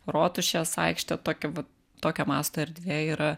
rotušės aikšte tokia va tokio masto erdvė yra